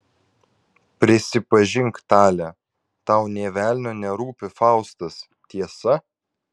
prisipažink tale tau nė velnio nerūpi faustas tiesa